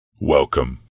Welcome